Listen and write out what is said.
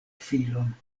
filon